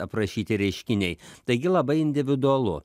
aprašyti reiškiniai taigi labai individualu